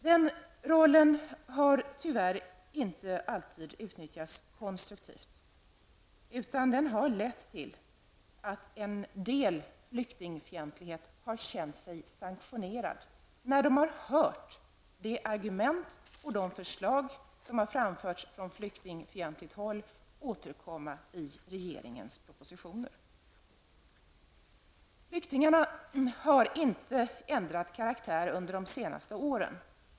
Den rollen har tyvärr inte alltid utnyttjats konstruktivt. Det har lett till att en del flyktingfientliga människor har känt sig sanktionerade när de har hört de argument och de förslag som har framförts från flyktingfientligt håll återkomma i regeringens propositioner. Flyktingarna har inte ändrat karaktär under de senaste åren.